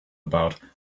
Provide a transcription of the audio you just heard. about